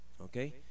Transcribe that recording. Okay